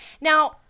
Now